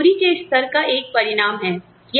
यह मजदूरी के स्तर का एक परिणाम है